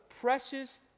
precious